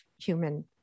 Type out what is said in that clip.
human